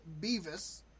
Beavis